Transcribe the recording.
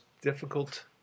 difficult